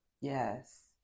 Yes